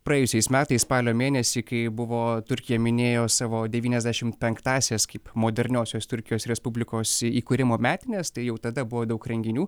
praėjusiais metais spalio mėnesį kai buvo turkija minėjo savo devyniasdešim penktąsias kaip moderniosios turkijos respublikos įkūrimo metines tai jau tada buvo daug renginių